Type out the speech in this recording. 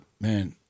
man